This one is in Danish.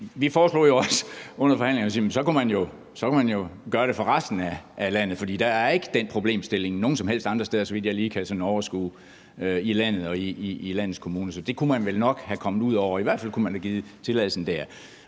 vi foreslog jo også under forhandlingerne, at man så kunne gøre det for resten af landet, for der er ikke den problemstilling nogen som helst andre steder, så vidt jeg lige kan overskue det, i landet og i landets kommuner. Så det kunne man vel nok være kommet ud over. I hvert fald kunne man have givet tilladelsen der.